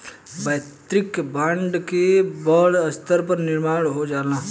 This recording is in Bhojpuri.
वैयक्तिक ब्रांड के बड़ स्तर पर निर्माण हो जाला